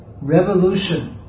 revolution